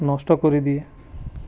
নষ্ট কৰি দিয়ে